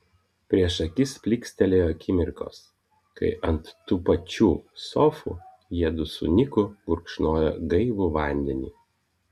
prieš akis plykstelėjo akimirkos kai ant tų pačių sofų jiedu su niku gurkšnojo gaivų vandenį